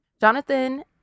Jonathan